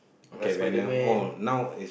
yeah Spiderman